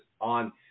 on